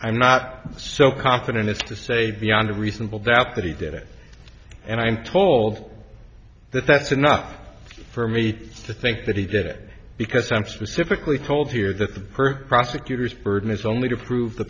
i'm not so confident as to say beyond a reasonable doubt that he did it and i'm told that that's enough for me to think that he did it because i'm specifically told here that the perp prosecutors burden is only to prove the